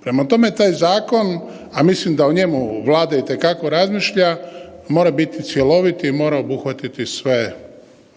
Prema tome, taj zakon, a mislim da o njemu Vlada itekako razmišlja mora biti cjelovit i mora obuhvatiti sve